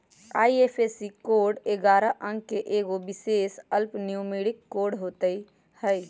IFSC code ऐगारह अंक के एगो विशेष अल्फान्यूमैरिक कोड होइत हइ